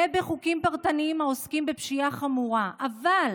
ובחוקים פרטניים העוסקים בפשיעה חמורה, אבל